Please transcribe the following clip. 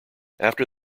after